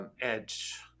edge